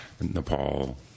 Nepal